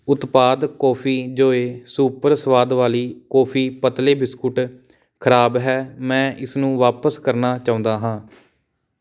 ਉਤਪਾਦ coffee joy super ਸਵਾਦ ਵਾਲੀ ਕੌਫੀ ਪਤਲੇ ਬਿਸਕੁਟ ਖਰਾਬ ਹੈ ਮੈਂ ਇਸ ਨੂੰ ਵਾਪਸ ਕਰਨਾ ਚਾਹੁੰਦਾ ਹਾਂ